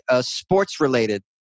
sports-related